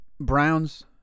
Browns